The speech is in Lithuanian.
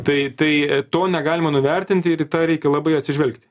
tai tai to negalima nuvertinti ir į tą reikia labai atsižvelgti